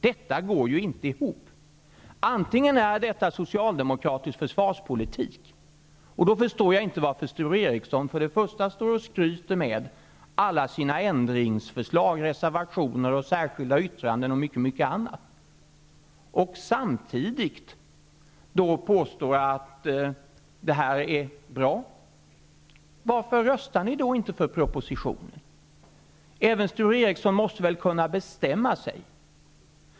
Detta går ju inte ihop. Om detta är socialdemokratisk försvarspolitik, förstår jag inte varför Sture Ericson skryter med alla sina ändringsförslag, reservationer, särskilda yttranden och mycket annat. Sture Ericson påstår att det här är bra -- varför röstar ni då inte för propositionen? Även Sture Ericson måste väl kunna bestämma sig.